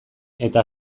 eta